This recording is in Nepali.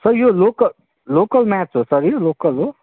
सर यो लोकल लोकल म्याच हो सर यो लोकल हो